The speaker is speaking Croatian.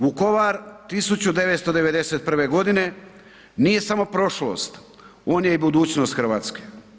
Vukovar 1991. godine nije samo prošlost, on je i budućnost Hrvatske.